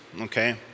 okay